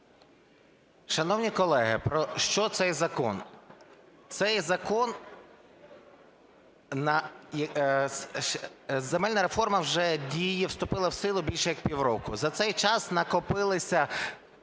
Шановні колеги, про що цей закон? Цей закон... Земельна реформа вже діє, вступила в силу більше як пів року. За цей час накопилися